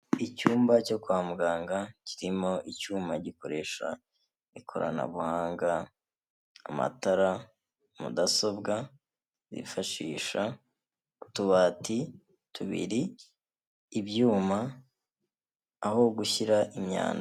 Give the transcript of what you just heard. Icyumba cyo kwa muganga kirimo icyuma gikoresha ikoranabuhanga, amatara, mudasobwa bifashisha, utubati tubiri ibyuma aho gushyira imyanda.